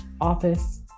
office